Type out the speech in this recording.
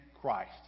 Christ